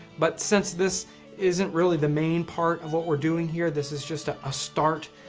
but since this isn't really the main part of what we're doing here, this is just a ah start,